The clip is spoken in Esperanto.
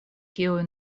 kiuj